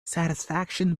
satisfaction